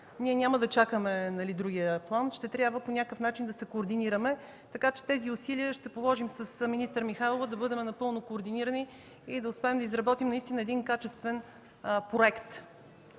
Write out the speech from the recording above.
Ние няма да чакаме другия план, ще трябва по някакъв начин да се координираме, така че ще положим усилия с министър Михайлова да бъдем напълно координирани и да успеем да изработим наистина качествен проект.